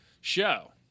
show